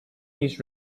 his